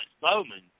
Bowman